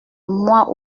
moi